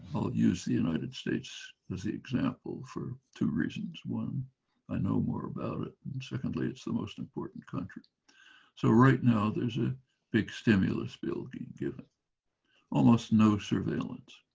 i'll use the united states as the example for two reasons one i know more about it and secondly it's the most important country so right now there's a big stimulus bill being given almost no surveillance